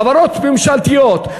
חברות ממשלתיות,